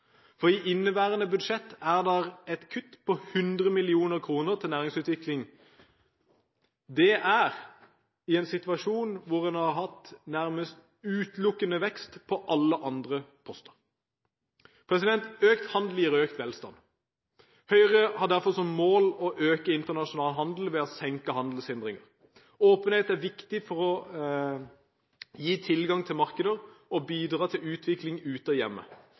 I inneværende budsjett er det et kutt på 100 mill. kr til næringsutvikling – i en situasjon hvor en nærmest utelukkende har hatt vekst på alle andre poster. Økt handel gir økt velstand. Høyre har derfor som mål å øke internasjonal handel ved å senke handelshindringer. Åpenhet er viktig for å gi tilgang til markeder og bidra til utvikling